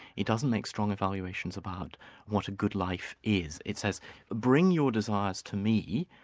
it doesn't make strong evaluations about what a good life is. it says bring your desires to me,